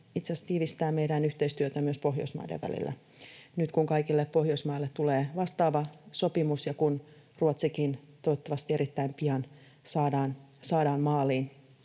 itse asiassa tiivistää meidän yhteistyötämme myös Pohjoismaiden välillä, nyt kun kaikille Pohjoismaille tulee vastaava sopimus ja kun Ruotsikin toivottavasti erittäin pian saadaan maaliin.